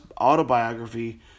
autobiography